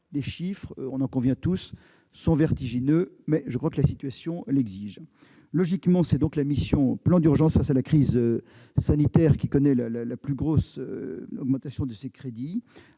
Les chiffres, nous en convenons tous, sont vertigineux, mais je crois que la situation l'exige. Logiquement, c'est la mission « Plan d'urgence face à la crise sanitaire » qui connaît l'augmentation la plus